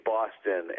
Boston